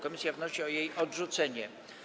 Komisja wnosi o jej odrzucenie.